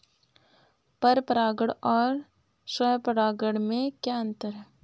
पर परागण और स्वयं परागण में क्या अंतर है?